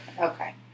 Okay